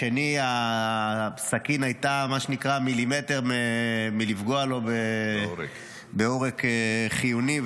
השני, הסכין הייתה מילימטר מלפגוע לו בעורק חיוני.